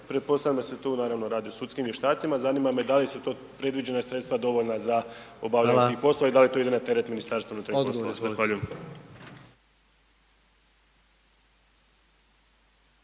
Pretpostavljam da se tu naravno radi o sudskim vještacima. Zanima me da li su to predviđena sredstva dovoljna za obavljanje tih poslova .../Upadica predsjednik: Hvala./...